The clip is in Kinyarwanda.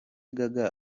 gaga